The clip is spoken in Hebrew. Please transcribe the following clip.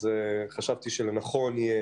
חשבתי שנכון יהיה